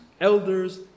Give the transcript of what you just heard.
Elders